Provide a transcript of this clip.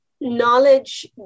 knowledge